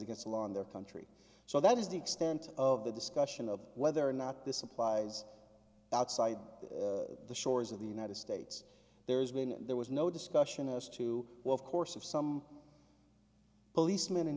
against the law in their country so that is the extent of the discussion of whether or not this applies outside the shores of the united states there's been there was no discussion as to what course of some policeman in